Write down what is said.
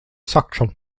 suction